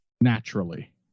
naturally